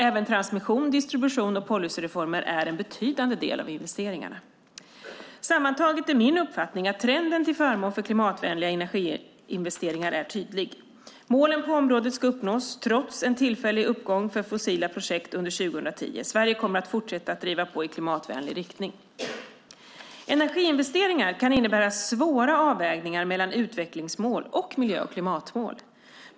Även transmission, distribution och policyreformer är en betydande del av investeringarna. Sammantaget är min uppfattning att trenden till förmån för klimatvänliga energiinvesteringar är tydlig. Målen på området ska uppnås, trots en tillfällig uppgång för fossila projekt under 2010. Sverige kommer att fortsätta att driva på i klimatvänlig riktning. Energiinvesteringar kan innebära svåra avvägningar mellan utvecklingsmål och miljö och klimatmål.